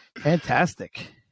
fantastic